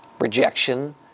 rejection